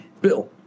Bill